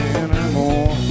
anymore